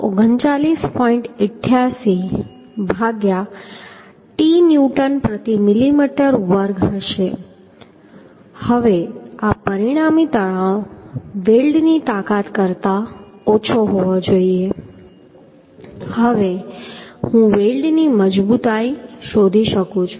88 ભાગ્યા t newton પ્રતિ millimetre વર્ગ હશે હવે આ પરિણામી તણાવ વેલ્ડની તાકાત કરતા ઓછો હોવો જોઈએ હવે હું વેલ્ડની મજબૂતાઈ શોધી શકું છું